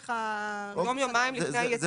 יום יומיים לפני היציאה.